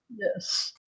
Yes